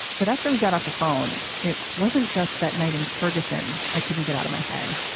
but after we got off the phone, it wasn't just that night in ferguson. i couldn't get out of my head.